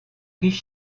riche